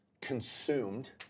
consumed